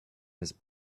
his